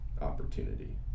opportunity